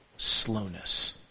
slowness